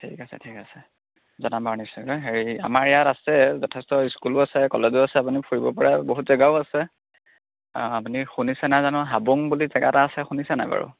ঠিক আছে ঠিক আছে জনাম বাৰু নিশ্চয় হেৰি আমাৰ ইয়াত আছে যথেষ্ট স্কুলো আছে কলেজো আছে আপুনি ফুৰিব পৰা বহুত জেগাও আছে আপুনি শুনিছে নাই জানো হাবুং বুলি জেগা এটা আছে শুনিছে নাই বাৰু